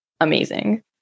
amazing